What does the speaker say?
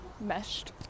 meshed